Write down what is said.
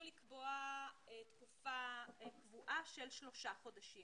לקבוע תקופה קבועה של שלושה חודשים.